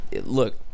look